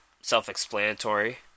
self-explanatory